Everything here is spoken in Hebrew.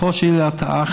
לפחות שתהיה לי התרעה,